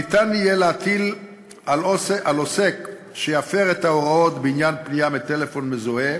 ניתן יהיה להטיל על עוסק שיפר את ההוראות בעניין פנייה מטלפון מזוהה